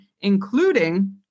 including